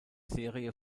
serie